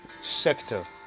sector